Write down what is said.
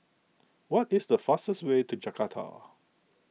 what is the fastest way to Jakarta